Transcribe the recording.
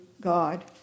God